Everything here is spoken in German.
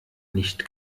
nicht